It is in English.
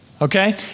okay